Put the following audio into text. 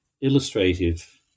illustrative